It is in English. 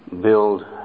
build